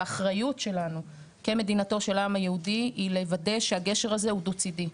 והאחריות שלנו כמדינתו של העם היהודי היא לוודא שהגשר הזה הוא דו צידי.